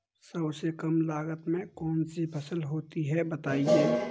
सबसे कम लागत में कौन सी फसल होती है बताएँ?